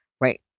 right